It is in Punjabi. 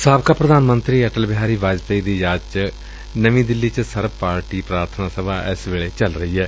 ਸਾਬਕਾ ਪੂਧਾਨ ਮੰਤਰੀ ਅਟਲ ਬਿਹਾਰੀ ਵਾਜਪਾਈ ਦੀ ਯਾਦ ਚ ਨਵੀ ਦਿੱਲੀ ਵਿਚ ਸਰਬ ਪਾਰਟੀ ਪੂਾਰਬਨਾ ਸਭਾ ਚੱਲ ਰਹੀ ਏ